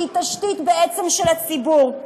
שהיא תשתית בעצם של הציבור,